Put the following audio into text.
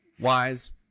wise